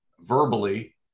verbally